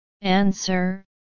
Answer